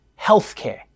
healthcare